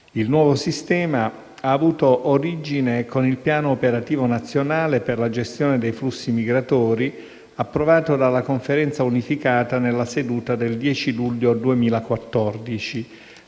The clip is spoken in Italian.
Il nuovo sistema ha avuto origine con il piano operativo nazionale per la gestione dei flussi migratori, approvato dalla Conferenza unificata nella seduta del 10 luglio 2014,